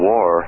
War